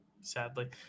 Sadly